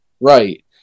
Right